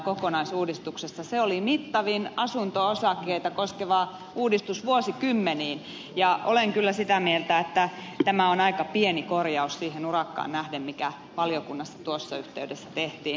se oli mittavin asunto osakkeita koskeva uudistus vuosikymmeniin ja olen kyllä sitä mieltä että tämä on aika pieni korjaus siihen urakkaan nähden mikä valiokunnassa tuossa yhteydessä tehtiin